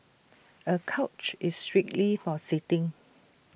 A couch is strictly for sitting